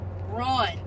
run